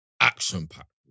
action-packed